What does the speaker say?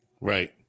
Right